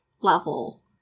level